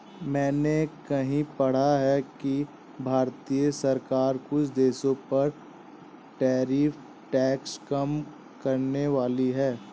मैंने कहीं पढ़ा है कि भारतीय सरकार कुछ देशों पर टैरिफ टैक्स कम करनेवाली है